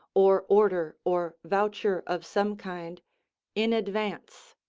or order or voucher of some kind in advance.